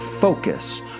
Focus